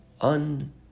un